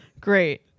great